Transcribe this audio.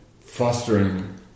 fostering